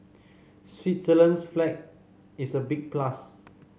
Switzerland's flag is a big plus